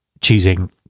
choosing